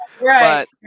right